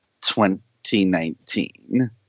2019